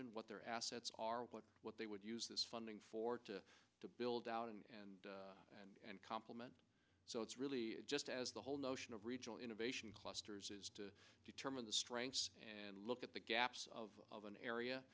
region what their assets are what they would use this funding for to to build out and and and complement so it's really just as the whole notion of regional innovation clusters is to determine the strength and look at the gaps of of an area